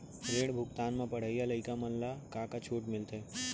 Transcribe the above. ऋण भुगतान म पढ़इया लइका मन ला का का छूट मिलथे?